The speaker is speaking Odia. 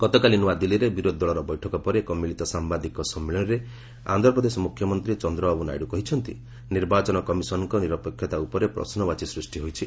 ଗତକାଲି ନୂଆଦିଲ୍ଲୀରେ ବିରୋଧୀ ଦଳର ବୈଠକ ପରେ ଏକ ମିଳିତ ସାମ୍ବାଦିକ ସମ୍ମିଳନୀରେ ଆନ୍ଧ୍ରପ୍ରଦେଶ ମୁଖ୍ୟମନ୍ତ୍ରୀ ଚନ୍ଦ୍ରବାବୁ ନାଇଡୁ କହିଛନ୍ତି ନିର୍ବାଚନ କମିଶନ୍ଙ୍କ ନିରପେକ୍ଷତା ଉପରେ ପ୍ରଶ୍ନବାଚୀ ସୃଷ୍ଟି ହୋଇଛି